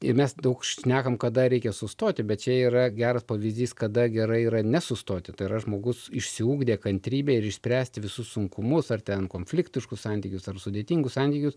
ir mes daug šnekam kada reikia sustoti bet čia yra geras pavyzdys kada gerai yra nesustoti tai yra žmogus išsiugdė kantrybę ir išspręsti visus sunkumus ar ten konfliktiškus santykius ar sudėtingus santykius